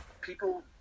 people